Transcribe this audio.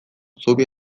zubi